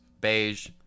beige